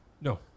No